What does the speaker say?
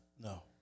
No